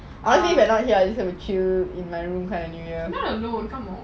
you're not alone come one